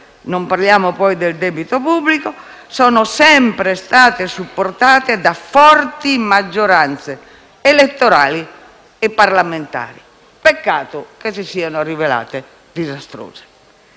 (non parliamo, poi, del debito pubblico) sono sempre state supportate da forti maggioranze elettorali e parlamentari: peccato che si siano rivelate disastrose.